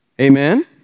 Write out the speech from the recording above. amen